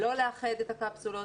לא לאחד את הקפסולות,